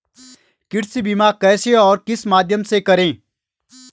कृषि बीमा कैसे और किस माध्यम से करें?